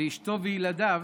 ואשתו וילדיו